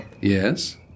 Yes